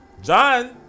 john